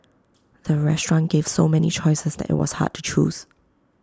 the restaurant gave so many choices that IT was hard to choose